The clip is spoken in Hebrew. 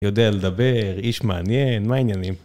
יודע לדבר, איש מעניין, מה עניינים?